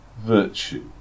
virtue